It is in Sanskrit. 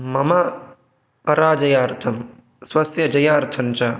मम पराजयार्थं स्वस्य जयार्थं च